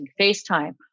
FaceTime